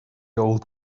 old